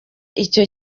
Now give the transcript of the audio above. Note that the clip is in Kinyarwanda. icyo